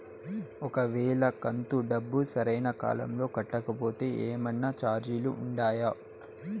ఒక వేళ కంతు డబ్బు సరైన కాలంలో కట్టకపోతే ఏమన్నా చార్జీలు ఉండాయా?